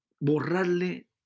borrarle